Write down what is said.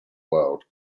world